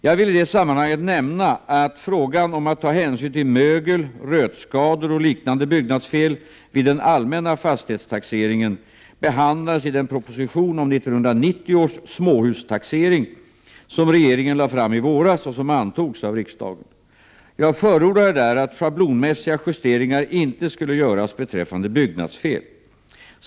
Jag vill i detta sammanhang nämna att frågan om att ta hänsyn till mögel, rötskador och liknande byggnadsfel vid den allmänna fastighetstaxeringen behandlades i den proposition om 1990 års småhustaxering som regeringen lade fram i våras och som antogs av riksdagen. Jag förordade där att schablonmässiga justeringar inte skulle göras beträffande byggnadsfel.